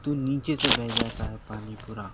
تو نیچے سے بہہ جاتا ہے پانی پورا